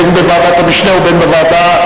בין בוועדת המשנה ובין בוועדה,